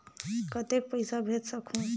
कतेक पइसा भेज सकहुं?